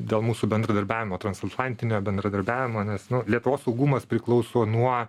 dėl mūsų bendradarbiavimo transatlantinio bendradarbiavimo nes nu lietuvos saugumas priklauso nuo